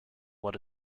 what